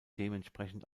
dementsprechend